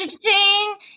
Ding